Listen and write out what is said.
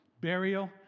burial